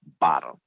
bottom